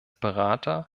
berater